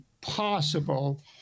possible